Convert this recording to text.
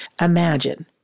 Imagine